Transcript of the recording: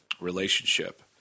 relationship